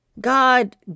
God